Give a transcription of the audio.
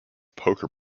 poker